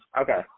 Okay